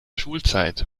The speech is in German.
schulzeit